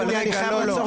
אבל אני מוכרח לומר.